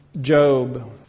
Job